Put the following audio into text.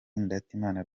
ndatimana